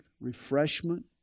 refreshment